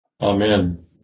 Amen